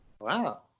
Wow